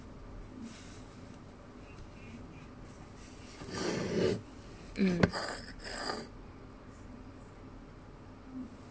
mm